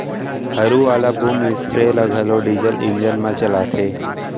हरू वाला boom sprayer ल घलौ डीजल इंजन म चलाथें